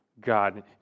God